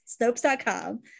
Snopes.com